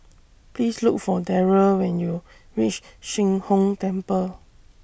Please Look For Darold when YOU REACH Sheng Hong Temple